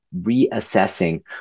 reassessing